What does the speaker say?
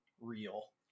real